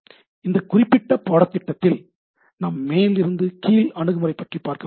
இந்த குறிப்பிட்ட பாடத்திட்டத்தில் நாம் மேலிருந்து கீழ் அணுகுமுறை பற்றி பார்க்கப் போகிறோம்